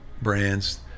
brands